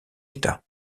état